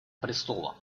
престола